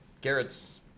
Garrett's